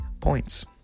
points